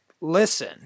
listen